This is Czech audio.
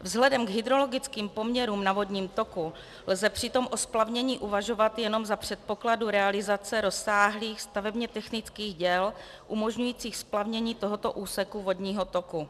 Vzhledem k hydrologickým poměrům na vodním toku lze přitom o splavnění uvažovat jenom za předpokladu realizace rozsáhlých stavebnětechnických děl umožňujících splavnění tohoto úseku vodního toku.